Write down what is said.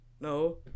No